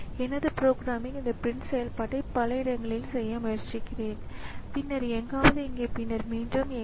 எனவே இங்கே பூட்ஸ்ட்ராப் செயல்பாடு டிஸ்க்கில் இருந்து நகலெடுப்பது அல்ல ஆனால் நெட்வாெர்க்கில் நகலெடுப்பது ஆகும்